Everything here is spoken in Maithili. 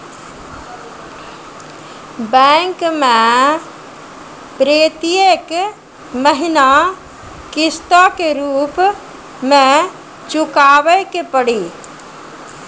बैंक मैं प्रेतियेक महीना किस्तो के रूप मे चुकाबै के पड़ी?